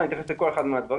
אני אתייחס לכל אחד מהדברים,